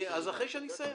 אז אחרי שאני אסיים.